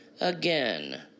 again